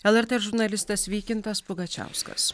lrt žurnalistas vykintas pugačiauskas